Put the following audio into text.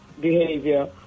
behavior